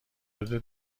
حدود